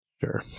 Sure